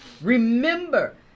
Remember